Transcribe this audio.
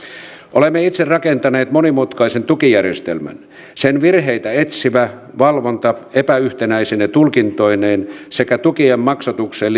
olemme itse rakentaneet monimutkaisen tukijärjestelmän sen virheitä etsivä valvonta epäyhtenäisine tulkintoineen sekä tukien maksatukseen